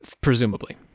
Presumably